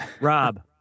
Rob